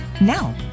Now